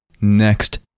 Next